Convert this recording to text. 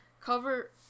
cover